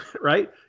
right